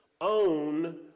own